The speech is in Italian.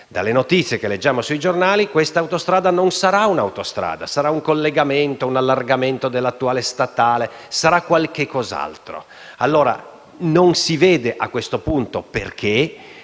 Dalle notizie che leggiamo sui giornali, questa autostrada non sarà tale, ma un collegamento o un allargamento dell'attuale statale; sarà qualcosa altro. Non si vede, a questo punto, perché